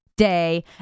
day